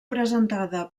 presentada